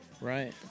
Right